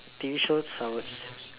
T_V shows I will